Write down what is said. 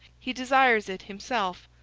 he desires it himself.